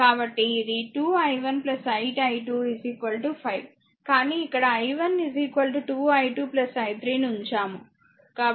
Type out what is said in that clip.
కాబట్టి ఇది 2 i1 8 i2 5 కానీ ఇక్కడ i1 i2 i3 ను ఉంచాము